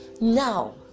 Now